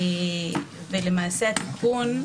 התיקון,